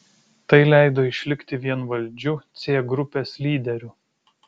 tai leido išlikti vienvaldžiu c grupės lyderiu